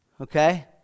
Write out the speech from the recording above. okay